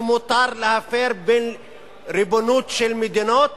שמותר להפר ריבונות של מדינות